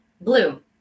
Blue